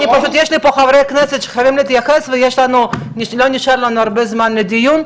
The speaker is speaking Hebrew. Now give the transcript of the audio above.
יש לי פה חברי כנסת שחייבים להתייחס ולא נשאר לנו הרבה זמן לדיון.